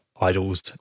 idols